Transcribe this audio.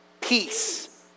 peace